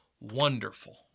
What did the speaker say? wonderful